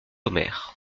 omer